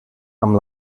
amb